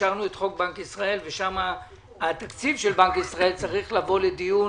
אישרנו את חוק בנק ישראל ושם התקציב של בנק ישראל צריך לבוא לדיון